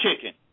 chicken